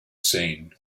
scene